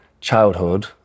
Childhood